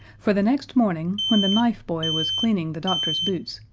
for the next morning, when the knife-boy was cleaning the doctor's boots,